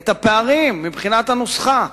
את הפערים מבחינת הנוסחה,